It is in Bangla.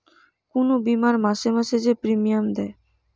কুনু বীমার মাসে মাসে যে প্রিমিয়াম দেয়